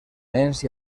nens